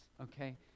okay